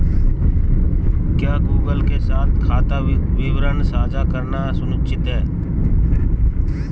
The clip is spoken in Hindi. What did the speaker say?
क्या गूगल के साथ खाता विवरण साझा करना सुरक्षित है?